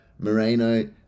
Moreno